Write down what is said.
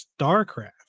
starcraft